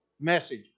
message